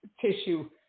tissue